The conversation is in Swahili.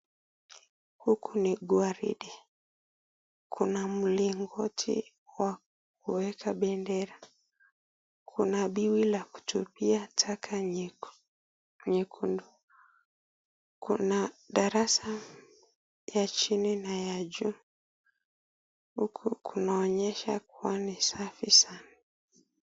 Huku ni gwaridi, kuna mlingoti wa kuweka bendera, kuna biwi la kutupia taka nyekundu. Kuna darasa ya chini na ya juu. Huku kunaonyesha kuwa ni safi sana.